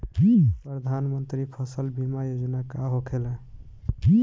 प्रधानमंत्री फसल बीमा योजना का होखेला?